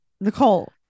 Nicole